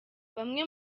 bamwe